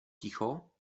ticho